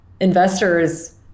investors